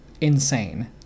insane